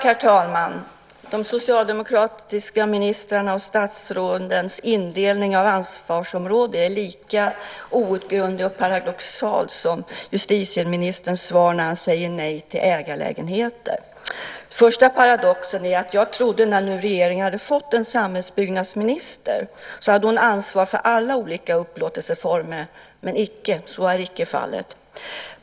Herr talman! De socialdemokratiska ministrarnas och statsrådens indelning av ansvarsområden är lika outgrundlig och paradoxal som justitieministerns svar när han säger nej till ägarlägenheter. Den första paradoxen är att jag trodde att när regeringen nu har fått en samhällsbyggnadsminister hade hon ansvar för alla olika upplåtelseformer. Men så är inte fallet.